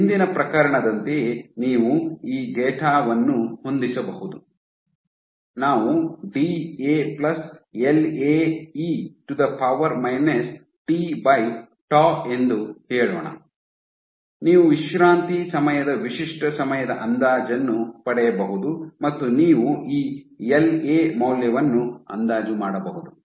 ಹಿಂದಿನ ಪ್ರಕರಣದಂತೆಯೇ ನೀವು ಈ ಡೇಟಾವನ್ನು ಹೊಂದಿಸಬಹುದು ನಾವು D A plus L A E to the power minus T to tau ಎಂದು ಹೇಳೋಣ ನೀವು ವಿಶ್ರಾಂತಿ ಸಮಯದ ವಿಶಿಷ್ಟ ಸಮಯದ ಅಂದಾಜನ್ನು ಪಡೆಯಬಹುದು ಮತ್ತು ನೀವು ಈ ಎಲ್ ಎ ಮೌಲ್ಯವನ್ನು ಅಂದಾಜು ಮಾಡಬಹುದು